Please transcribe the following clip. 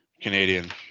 Canadian